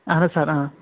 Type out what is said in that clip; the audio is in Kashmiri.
اہن حظ سَر